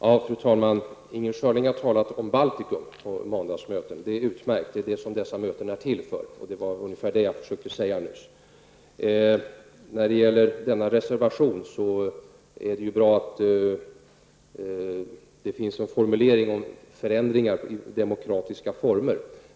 Fru talman! Inger Schörling har talat om Baltikum på måndagsmöten. Det är utmärkt. Det är detta som dessa möten är till för. Det var ungefär det jag försökte säga nyss. Sedan är det ju bra att det i miljöpartiets reservation finns en formulering om förändringar i demokratiska former.